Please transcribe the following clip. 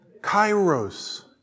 Kairos